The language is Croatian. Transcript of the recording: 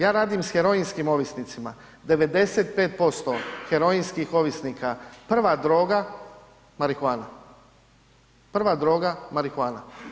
Ja radim s heroinskim ovisnicima, 95% heroinskih ovisnika, prva droga marihuana, prva droga marihuana.